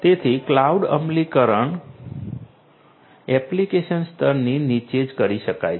તેથી ક્લાઉડ અમલીકરણ એપ્લિકેશન સ્તરની નીચે જ કરી શકાય છે